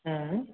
हूँ